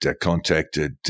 contacted